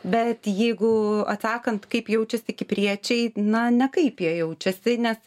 bet jeigu atsakant kaip jaučiasi kipriečiai na nekaip jie jaučiasi nes